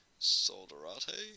Solderate